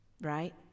Right